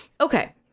Okay